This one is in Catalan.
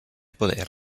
poder